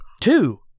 Two